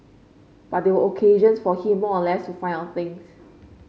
but they were occasions for him more or less to find out things